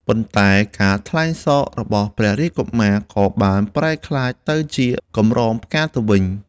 ប៉ុន្តែការថ្លែងសររបស់ព្រះរាជកុមារ ក៏បានប្រែក្លាយទៅជាកម្រងផ្កាទៅវិញ។